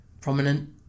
prominent